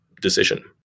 decision